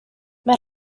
mae